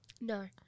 no